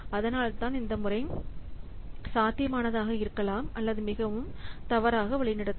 அதனால்தான் இந்த முறை சாத்தியமானதாக இருக்கலாம் அல்லது மிகவும் தவறாக வழிநடத்தும்